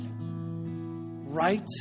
Right